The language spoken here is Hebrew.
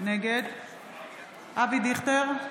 נגד אבי דיכטר,